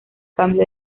cambio